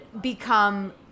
become